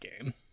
game